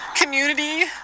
community